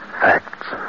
Facts